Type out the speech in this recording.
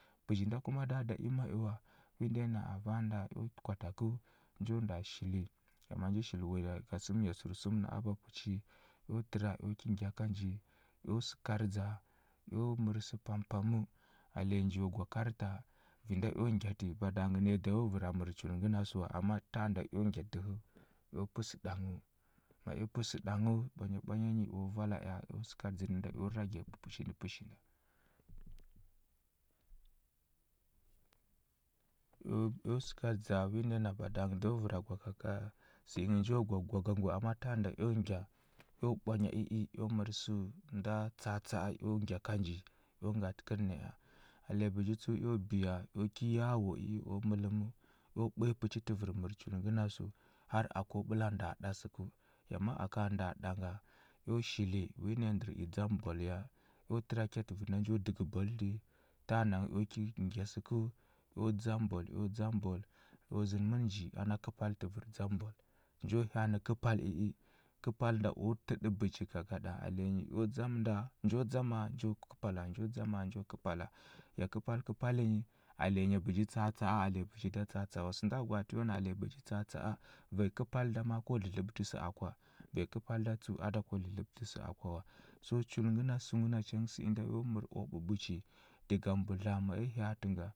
Bəji nda kuma nda da i ma a wa wi nde na avaa nda, eo gwa takəu nju nda shili, ya ma nji shi wuya lagu ga səmnya sərsum nə a ba puchi, eo təra eo ki ngya nji, eo səkardza, eo mər sə pampaməu: alenyi njo gwa karta, vi na yo ngyatə bada ngə naya da yo vəra mər chul ngəna sə wa, ama tanda eo ngya dəhəu, eo pə sə ɗanghəu. Ma i pə sə ɗanghəu, ɓwanya ɓwanya nyi o vala eo səkardzə nə nda eo ragə pəchi nə pəshi nda. Eo eo səkardza wi nda na ya bada ngə da yo vəra gwa ka gwa sə ingə nju gwa kwa ngə wa ama tanda eo ngya, eo ɓwanya i i eo mər səu nda tsa atsa a eo gya ka nji, eo ngatə kərnəea. Alenyi bəji tsəu eo biya eo ki yawu i u mələm eo ɓuya puchi tə vər mər chul ngəna səu, har akəu nda ɓəla ɗa səkəu. Ya ma akəa nda ɗa nga, eo shili wi naya ndər i ndzam bwal ya, eo təra kyatə vi nju dəgə bwal ti, tanda ngə eo ki ngya səkəu, eo dzam bwal eo dzam bwal. U zənə mən nji ana kəpal tə vər dzam bwal, nju hya anə kəpal i i, kəpal nda u təɗə bəji gagaɗa, alenyi eo dzam nda nju dzama nju kəpal nju dzama nju kəpala, ya kəpal kəpal nyi, alenyi bəji tsa atsa a, alenyi bəji da tsa atsa a wa. Sənda gwaatə alenyi bəji yo na tsa atsa a, vanya kəpal da ma a ko dlədləɓətə sə a kwa. Vanyi kəpal da tsəu, a da ku dlədləɓətə sə a kwa wa. So chul ngəna səu nacha ngə sə inda yu mər u ɓuɓuchi, diga mbudla ma i hya atə nga